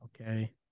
Okay